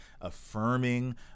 affirming